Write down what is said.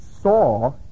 saw